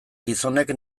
gizonek